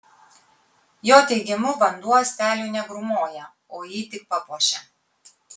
jo teigimu vanduo uosteliui negrūmoja o jį tik papuošia